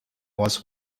was